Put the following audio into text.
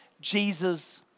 Jesus